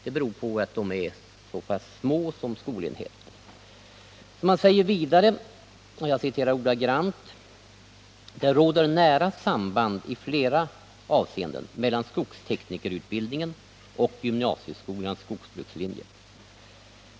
Det beror på att de är så pass små som skolenheter. Man säger vidare — jag citerar ordagrant: ”Det råder ett nära samband i flera avseenden mellan skogsteknikerutbildningen och gymnasieskolans skogsbrukslinje.